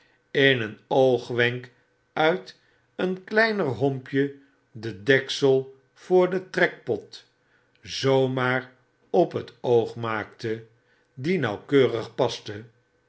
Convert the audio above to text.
in een oogwenk uit een kleiner hompje den deksel voor de trekpot zoo maar op het oog maakte die nauwkeurig paste